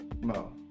no